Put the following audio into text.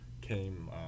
came